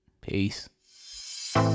Peace